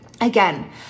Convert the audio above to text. again